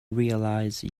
realize